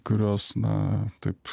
kurios na taip